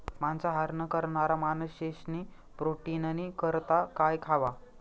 मांसाहार न करणारा माणशेस्नी प्रोटीननी करता काय खावा